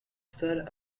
sir